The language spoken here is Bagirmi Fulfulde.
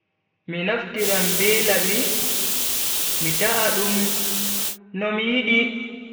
Mi naftiran be labi, mi ta'a dum nomi yidi.